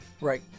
Right